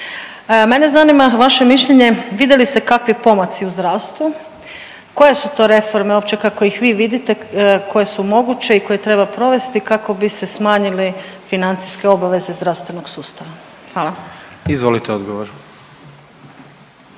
Mene zanima vaše mišljenje vide li se kakvi pomaci u zdravstvu, koje su to reforme uopće kako ih vi vidite koje su moguće i koje treba provesti kako bi se smanjili financijske obaveze zdravstvenog sustava. Hvala. **Jandroković,